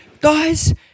guys